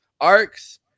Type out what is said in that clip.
arcs